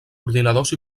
ordinadors